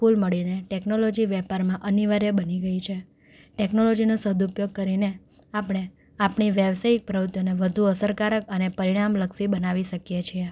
કુલ મળીને ટેક્નોલૉજી વેપારમાં અનિવાર્ય બની ગઈ છે ટેકનોલોજીનો સદુપયોગ કરીને આપણે આપણી વ્યાવસાયિક પ્રવૃત્તિઓને વધુ અસરકારક અને પરિણામલક્ષી બનાવી શકીએ છીએ